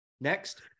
Next